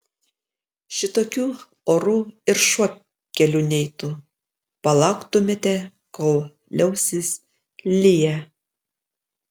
šitokiu oru ir šuo keliu neitų palauktumėte kol liausis liję